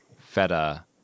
feta